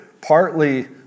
partly